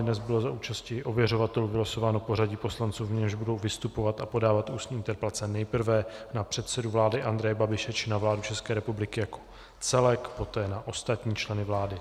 Dnes bylo za účasti ověřovatelů vylosováno pořadí poslanců, v němž budou vystupovat a podávat ústní interpelace nejprve na předsedu vlády Andreje Babiše či na vládu České republiky jako celek, poté na ostatní členy vlády.